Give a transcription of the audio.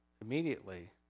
immediately